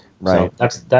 Right